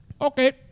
okay